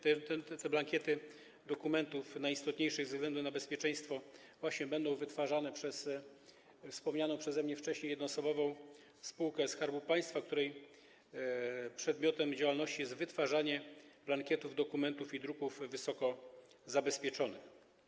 Te blankiety dokumentów najistotniejszych ze względu na bezpieczeństwo właśnie będą wytwarzane przez wspomnianą przeze mnie wcześniej jednoosobową spółkę Skarbu Państwa, której przedmiotem działalności jest wytwarzanie blankietów dokumentów i druków wysoko zabezpieczonych.